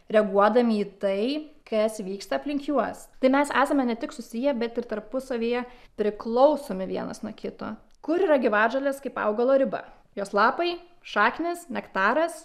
reaguodami į tai kas vyksta aplink juos tai mes esame ne tik susiję bet ir tarpusavyje priklausomi vienas nuo kito kur yra gyvatžolės kaip augalo riba jos lapai šaknys nektaras